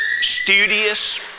studious